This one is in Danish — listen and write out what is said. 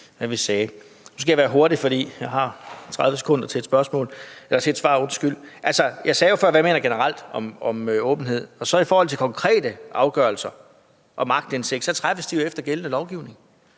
hvad vi mente. Nu skal jeg være hurtig, for jeg har 30 sekunder til et svar. Altså, jeg sagde før, hvad jeg mener generelt om åbenhed, og i forhold til konkrete afgørelser om aktindsigt træffes de jo efter gældende lovgivning.